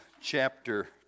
chapter